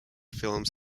films